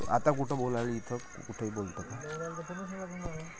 बिमा भराची तारीख भरली असनं त मले जास्तचे पैसे द्या लागन का?